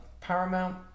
paramount